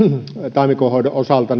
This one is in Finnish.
taimikonhoidon osalta